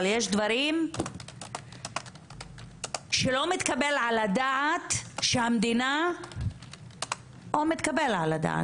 אבל יש דברים שלא מתקבל על הדעת שהמדינה או מתקבל על הדעת,